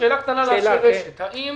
שאלה קטנה לאנשי רש"ת: האם